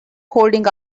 holding